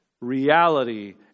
reality